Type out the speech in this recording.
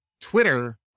Twitter